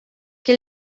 que